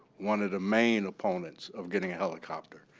one of the main opponents of getting a helicopter.